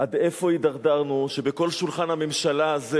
עד איפה הידרדרנו, שבכל שולחן הממשלה הזה